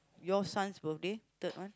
your sons birthday third one